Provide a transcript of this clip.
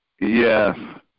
Yes